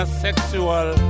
sexual